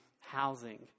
housing